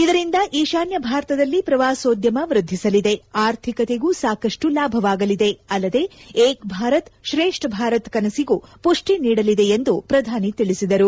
ಇದರಿಂದ ಈಶಾನ್ಯ ಭಾರತದಲ್ಲಿ ಪ್ರವಾಸೋದ್ದಮ ವೃದ್ದಿಸಲಿದೆ ಆರ್ಥಿಕತೆಗೂ ಸಾಕಷ್ಟು ಲಾಭವಾಗಲಿದೆ ಅಲ್ಲದೆ ಏಕ ಭಾರತ್ ಶ್ರೇಷ್ಠ ಭಾರತ್ ಕನಸಿಗೂ ಪುಷ್ಠಿ ನೀಡಲಿದೆ ಎಂದು ಪ್ರಧಾನಿ ತಿಳಿಸಿದರು